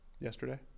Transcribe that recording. yesterday